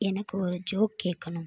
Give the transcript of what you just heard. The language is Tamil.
எனக்கு ஒரு ஜோக் கேக்கணும்